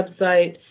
website